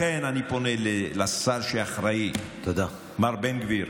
לכן אני פונה לשר שאחראי, מר בן גביר: